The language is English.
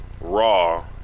raw